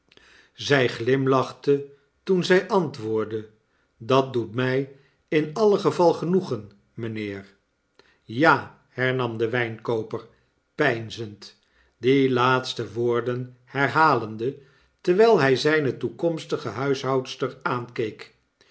zij glimfachte toen zij antwoordde dat doet mij in alle geval genoegen mijnheer ja hernam de wijnkooper peinzend die laatste woorden herhalende terwijl hij zijne toekomstige huishoudster aankeek